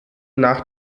nach